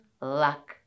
luck